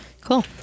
Cool